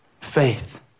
faith